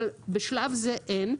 אבל בשלב זה אין.